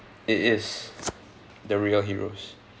it is the real heroes